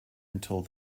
until